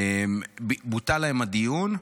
בוטל להם הדיון,